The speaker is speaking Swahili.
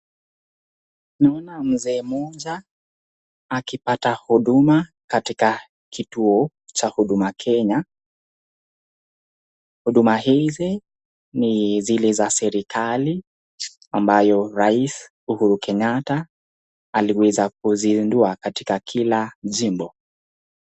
Naona mzee mmoja akipata huduma katika kituo cha huduma Kenya. Huduma hizi ni zile za serekali ambayo rais Uhuru Kenyatta aliweza kuzizindua katika kila jimbo.